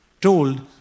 told